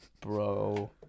Bro